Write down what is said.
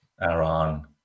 Iran